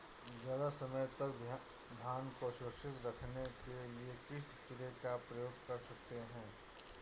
ज़्यादा समय तक धान को सुरक्षित रखने के लिए किस स्प्रे का प्रयोग कर सकते हैं?